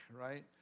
right